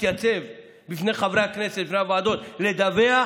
להתייצב בפני חברי הכנסת והוועדות ולדווח,